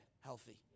healthy